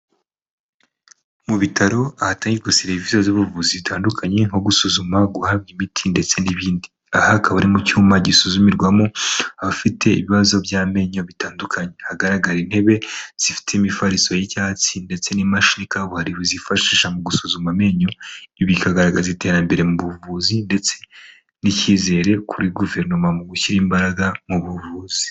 Mu bitaro ahatari serivisi z'ubuvuzi zitandukanye nko gusuzuma guhabwa ibiti ndetse n'ibindi ahakaba ari mu cyuma gisuzumirwamo abafite ibibazo by'amenyo bitandukanye hagaragara intebe zifite imifariso y'icyatsi ndetse n'imashika ubuhari buzifasha mu gusuzuma amenyo bikagaragaza iterambere mu buvuzi ndetse n'icyizere kuri guverinoma mu gushyira imbaraga mu buvuzi.